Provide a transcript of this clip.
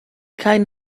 kind